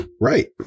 Right